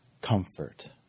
comfort